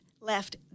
left